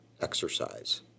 Exercise